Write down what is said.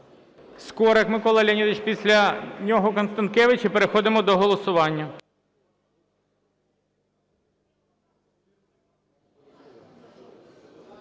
Скорик Микола Леонідович. Після нього Констанкевич, і переходимо до голосування.